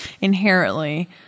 inherently